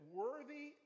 worthy